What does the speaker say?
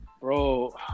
Bro